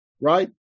right